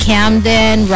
Camden